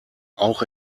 auch